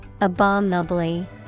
abominably